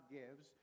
gives